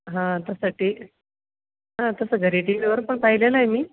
हा तसं टी हा तसं घरी टीव्हीवर पण पाहिलेलं आहे मी